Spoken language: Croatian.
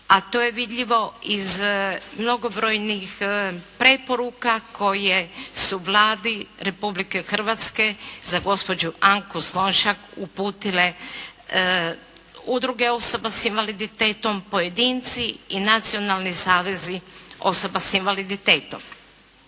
A to je vidljivo iz mnogobrojnih preporuka koje su Vladi Republike Hrvatske za gospođu Anku Solšak uputile udruge osoba sa invaliditetom, pojedinci i nacionalni savezi osoba sa invaliditetom.